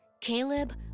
Caleb